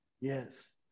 Yes